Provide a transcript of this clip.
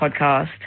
podcast